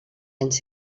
anys